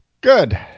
Good